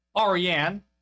Ariane